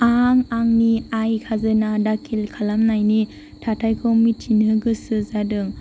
आं आंनि आइ खाजोना दाखिल खालामनायनि थाथायखौ मिथिनो गोसो जादों